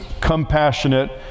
compassionate